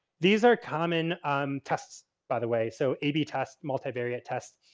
these are common tests by the way. so, ab test, multivariate test.